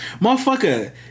motherfucker